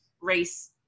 race